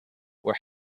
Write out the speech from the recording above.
were